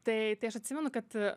tai aš atsimenu kad